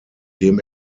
dem